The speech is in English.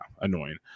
annoying